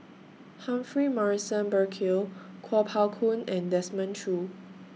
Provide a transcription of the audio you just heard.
Humphrey Morrison Burkill Kuo Pao Kun and Desmond Choo